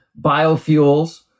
biofuels